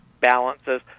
balances